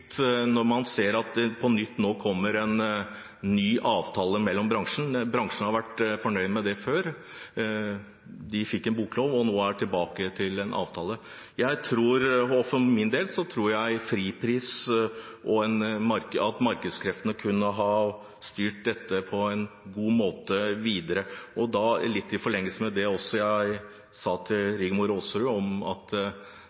når man ser at det nå kommer en ny avtale i bransjen. Bransjen har vært fornøyd med det før. De fikk en boklov, og nå er det tilbake til en avtale. For min del tror jeg at fripris og markedskreftene kunne ha styrt dette på en god måte videre. Litt i forlengelse av det jeg sa